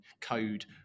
code